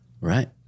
Right